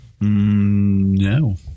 No